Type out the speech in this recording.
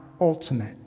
ultimate